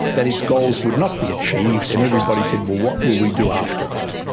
that its goals would not be achieved. and everybody said, well, what will we do after that?